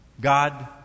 God